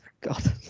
God